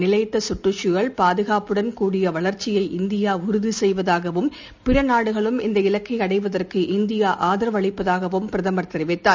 நிலைத்த கற்றுச்சூழல் பாதுகாப்புடன் கூடிய வளர்ச்சியை இந்தியா உறுதி செய்வதாகவும் பிற நாடுகளும் இந்த இலக்கை அடைவதற்கு இந்தியா ஆதரவளிப்பதாகவும் பிரதமர் தெரிவித்தார்